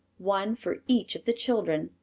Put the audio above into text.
one for each of the children.